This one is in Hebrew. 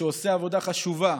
שעושה עבודה חשובה